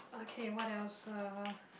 okay what else uh